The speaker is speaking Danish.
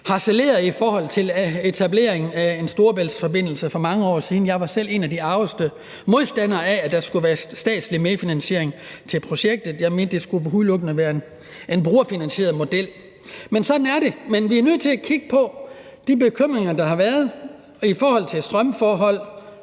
harcelerede i forhold til etableringen af en Storebæltsforbindelse for mange år siden. Jeg var selv en af de argeste modstandere af, at der skulle være statslig medfinansiering til projektet. Jeg mente, at det udelukkende skulle være en brugerfinansieret model. Men sådan er det. Vi er nødt til at kigge på de bekymringer, der har været, bl.a. i forhold til strømforhold.